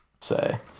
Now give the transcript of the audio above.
say